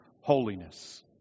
holiness